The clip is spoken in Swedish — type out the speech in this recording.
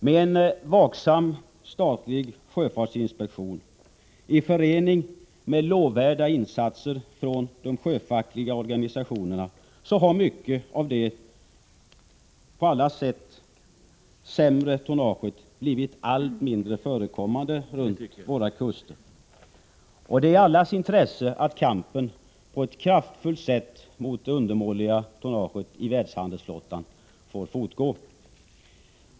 Med en vaksam statlig sjöfartsinspektion i förening med lovvärda insatser från de sjöfackliga organisationerna har mycket av det sämre tonnaget blivit allt mindre förekommande runt våra kuster. Det är i allas intresse att kampen mot det undermåliga tonnaget i världshandelsflottan på ett kraftfullt sätt får fortgå.